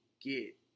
get